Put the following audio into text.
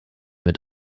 mit